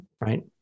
Right